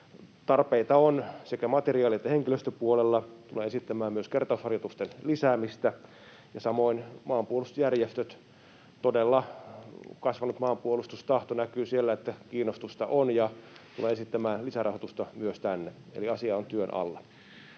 Tarpeita on sekä materiaali- että henkilöstöpuolella. Tulen esittämään myös kertausharjoitusten lisäämistä. Samoin maanpuolustusjärjestöissä todella kasvanut maanpuolustustahto näkyy, kiinnostusta on, ja tulen esittämään lisärahoitusta myös sinne. Eli asia on työn alla.